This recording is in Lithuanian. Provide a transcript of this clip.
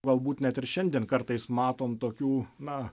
galbūt net ir šiandien kartais matom tokių na